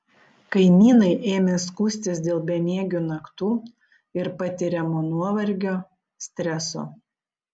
kaimynai ėmė skųstis dėl bemiegių naktų ir patiriamo nuovargio streso